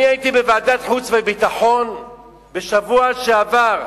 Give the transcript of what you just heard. אני הייתי בוועדת החוץ והביטחון בשבוע שעבר.